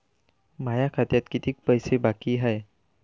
माया खात्यात कितीक पैसे बाकी हाय?